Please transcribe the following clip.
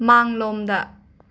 ꯃꯥꯡꯂꯣꯝꯗ